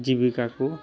ᱡᱤᱵᱤᱠᱟᱠᱚ